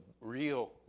real